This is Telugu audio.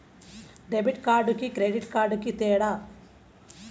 డెబిట్ కార్డుకి క్రెడిట్ కార్డుకి తేడా?